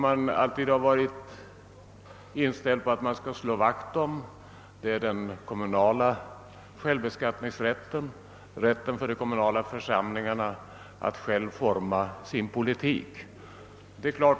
Man har alltid slagit vakt om den kommunala självbestämmanderätten, rätten för de kommunala församlingarna att själva forma sin politik.